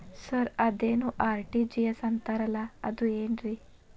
Sir ಅದೇನು RTGS ಅಂತಾರಲಾ ಅದು ಏನ್ರಿ?